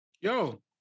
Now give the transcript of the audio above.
Yo